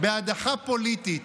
אנרכיה זה אתם.